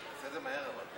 חבריי חברי הכנסת,